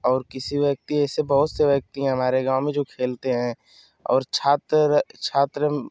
और किसी व्यक्ति ऐसे बहुत से व्यक्ति है हमारे गाँव में जो खेलते हैं और छातर छात्र